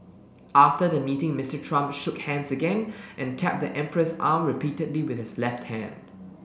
after the meeting Mister Trump shook hands again and tapped the emperor's arm repeatedly with his left hand